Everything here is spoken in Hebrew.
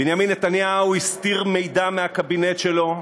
בנימין נתניהו הסתיר מידע מהקבינט שלו,